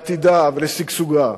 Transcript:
לעתידה ולשגשוגה.